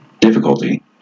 difficulty